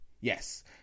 yes